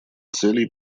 целей